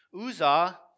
Uzzah